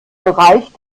bereich